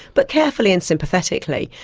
but carefully and sympathetically,